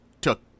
took